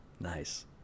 Nice